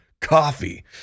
coffee